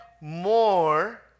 more